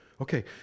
Okay